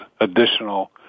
additional